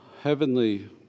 heavenly